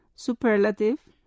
Superlative